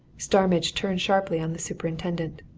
starmidge turned sharply on the superintendent.